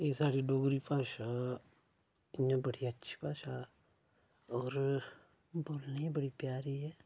साढ़ी डोगरी भाशा इ'यां बड़ी अच्छी भाशा होर बोलने बी बड़ी प्यारी ऐ